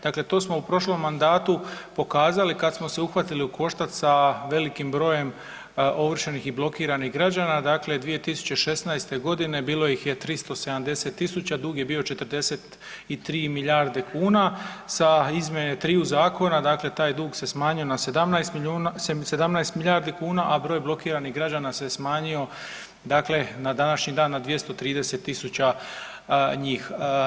Dakle to smo u prošlom mandatu pokazali kad smo se uhvatili u koštac sa velikim brojem ovršenih i blokiranih građana, dakle 2016. godine bilo ih je 370.000, dug je bio 43 milijarde kuna sa izmjenom triju zakona dakle taj dug se smanjio na 17 milijuna, 17 milijardi kuna, a broj blokiranih građana se smanjio dakle na današnji dan na 230.000 njih.